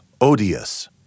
odious